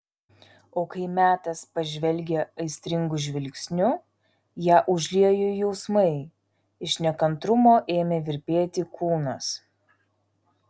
o kai metas pažvelgė aistringu žvilgsniu ją užliejo jausmai iš nekantrumo ėmė virpėti kūnas